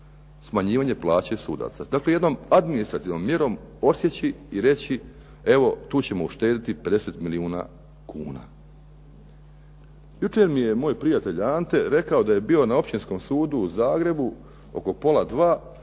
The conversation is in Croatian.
smanjivanje plaće sudaca. Dakle, jednom administrativnom mjerom odsjeći i reći evo tu ćemo uštedjeti 50 milijuna kuna. Jučer mi je moj prijatelj Ante rekao da je bio na Općinskom sudu u Zagrebu oko pola dva kada